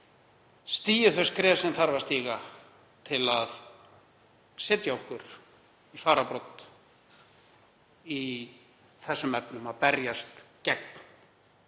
stigið þau skref sem þarf að stíga til að setja okkur í fararbrodd í þessum efnum, að berjast gegn